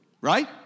Right